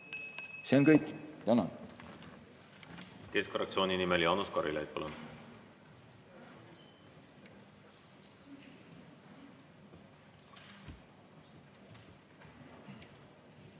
See on kõik. Tänan!